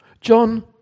John